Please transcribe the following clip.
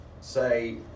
say